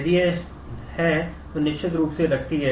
यदि यह है तो निश्चित रूप से रखती है